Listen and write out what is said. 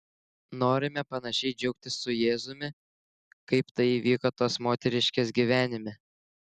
norime panašiai džiaugtis su jėzumi kaip tai įvyko tos moteriškės gyvenime